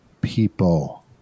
people